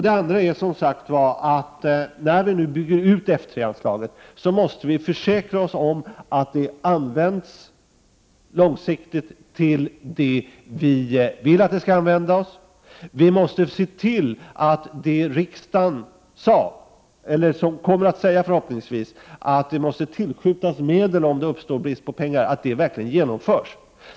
Det andra är som sagt att när vi utökar F 3-anslaget måste vi försäkra oss om att det används långsiktigt till det vi vill att det skall användas till. Vi måste se till att det riksdagen förhoppningsvis kommer att säga — alltså att det måste tillskjutas medel om det uppstår brist på pengar — verkligen genomförs.